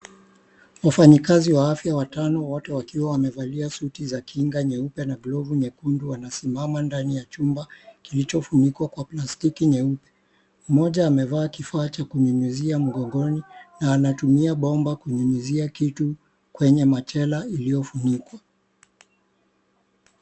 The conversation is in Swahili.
Wafanyikazi wa afya watano wote wakiwa wamevalia suti za kinga nyeupe na glovu nyekundu wanasimama ndani ya chumba kilichofinikwa kwa plastiki nyeupe mmoja amevaa kifaa cha kunyunyuzia mgongoni na anatumia bomba kunyunyuzia kitu kwenye machela iliyofinikwa.